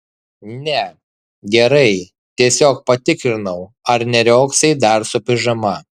ne gerai tiesiog patikrinau ar neriogsai dar su pižama